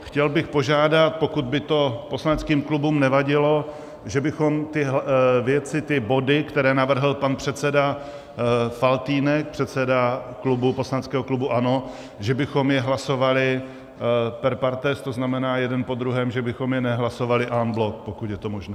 Chtěl bych požádat, pokud by to poslaneckým klubům nevadilo, že bychom ty věci, ty body, které navrhl pan předseda Faltýnek, předseda poslaneckého klubu ANO, hlasovali per partes, to znamená jeden po druhém, že bychom je nehlasovali en bloc, pokud je to možné.